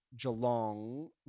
Geelong